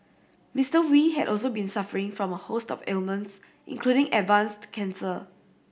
Mister Wee had also been suffering from a host of ailments including advanced cancer